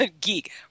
geek